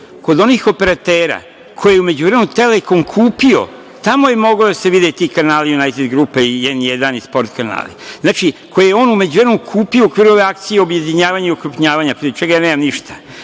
kod onih operatera koje je u međuvremenu „Telekom“ kupio, tamo su mogli da se vide ti kanali „Junajted grupe“, „N1“ i sport kanali, znači, koje je on u međuvremenu kupio u okviru ove akcije objedinjavanja i ukrupnjavanja, protiv čega ja nemam ništa.